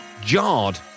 jarred